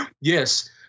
Yes